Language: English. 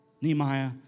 Nehemiah